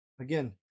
Again